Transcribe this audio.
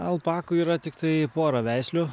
alpakų yra tiktai pora veislių